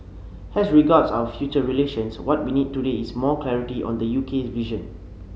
as regards our future relations what we need today is more clarity on the UK's vision